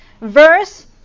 verse